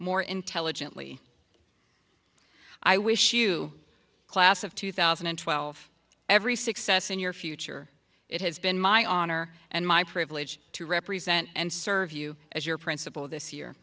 more intelligently i wish you class of two thousand and twelve every success in your future it has been my honor and my privilege to represent and serve you as your principal of this year